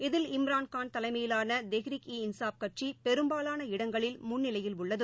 இதில் இம்ரான்கான் தலைமையிலானதெஹ்ரிக் இ இன்சாப் கட்சிபெரும்பாலான இடங்களில் முன்னிலையில் உள்ளது